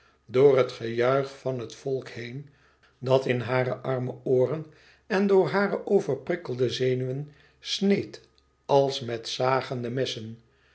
door het gejuich van het volk heen dat in hare arme ooren en door hare overprikkelde zenuwen sneed als met zagende messen